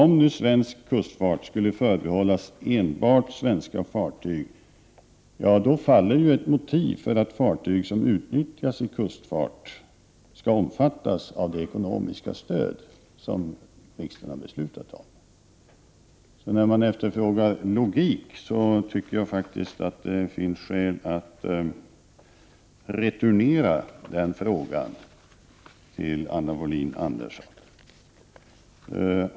Om nu den svenska kustfarten skall förbehållas endast svenska fartyg, då faller ju ett motiv för att fartyg som utnyttjas i kustfarten skall omfattas av det ekonomiska stöd som riksdagen har beslutat om. Om man efterfrågar logik tycker jag faktiskt att det finns skäl att returnera frågan till Anna Wohlin-Andersson.